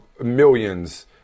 millions